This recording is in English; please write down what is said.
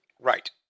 Right